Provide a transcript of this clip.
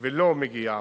ולא מגיעות,